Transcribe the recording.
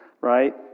right